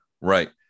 Right